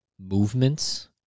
movements